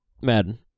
Madden